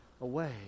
away